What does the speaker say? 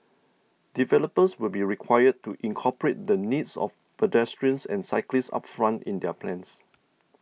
developers will be required to incorporate the needs of pedestrians and cyclists upfront in their plans